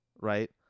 right